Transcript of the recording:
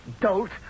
Dolt